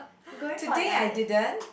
going for another